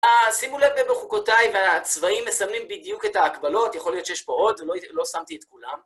שימו לב בבחוקותיי, הצבעים מסמנים בדיוק את ההקבלות, יכול להיות שיש פה עוד, לא שמתי את כולם.